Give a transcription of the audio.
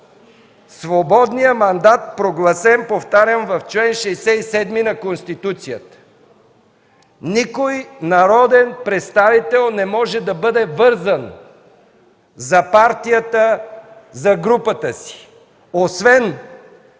свободния мандат, прогласен, повтарям, в чл. 67 на Конституцията. Никой народен представител не може да бъде вързан за партията, за групата си, освен